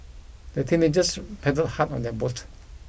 the teenagers paddled hard on their boat